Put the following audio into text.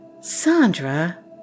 Sandra